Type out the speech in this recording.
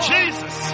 Jesus